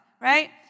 right